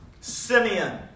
Simeon